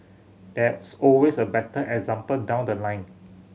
there's always a better example down the line